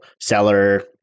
seller